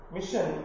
Mission